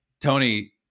Tony